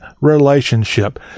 relationship